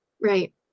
Right